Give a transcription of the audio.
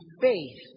faith